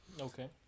Okay